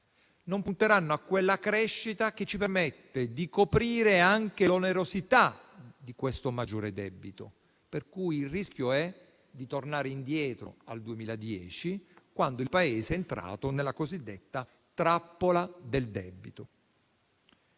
non punteranno a quella crescita che ci permetterebbe di coprire l'onerosità di questo maggiore debito, per cui il rischio è tornare indietro al 2010, quando il Paese è entrato nella cosiddetta trappola del debito.